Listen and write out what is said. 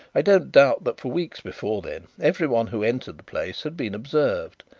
i don't doubt that for weeks before then everyone who entered the place had been observed,